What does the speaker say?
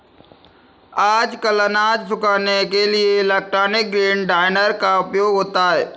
आजकल अनाज सुखाने के लिए इलेक्ट्रॉनिक ग्रेन ड्रॉयर का उपयोग होता है